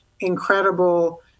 incredible